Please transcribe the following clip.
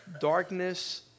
darkness